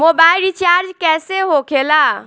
Mobile recharge कैसे होखे ला?